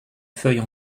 feuilles